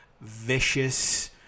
vicious